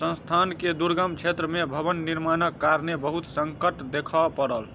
संस्थान के दुर्गम क्षेत्र में भवन निर्माणक कारणेँ बहुत संकट देखअ पड़ल